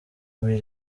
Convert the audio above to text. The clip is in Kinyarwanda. muri